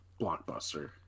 blockbuster